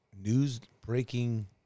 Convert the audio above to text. news-breaking